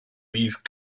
these